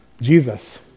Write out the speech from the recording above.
Jesus